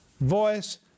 voice